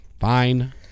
fine